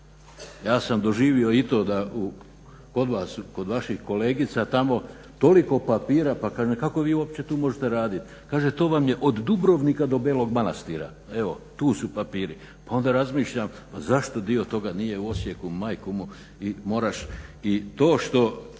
Ja sam doživio i to da u, kod vas, kod vaših kolegica tamo toliko papira, pa kažem kako vi uopće tu možete raditi. Kaže to vam je od Dubrovnika do Belog Manastira. Evo, tu su papiri. Pa onda razmišljam, pa zašto dio toga nije u Osijeku i moraš i to što